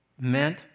meant